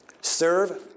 Serve